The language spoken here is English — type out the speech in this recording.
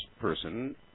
person